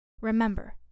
Remember